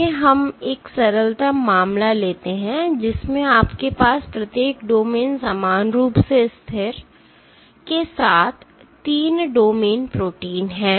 आइए हम एक सरलतम मामला लेते हैं जिसमें आपके पास प्रत्येक डोमेन समान रूप से स्थिर के साथ 3 डोमेन प्रोटीन है